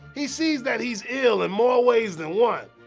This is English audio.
he sees that he's ill in more ways than one.